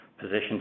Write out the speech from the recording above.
position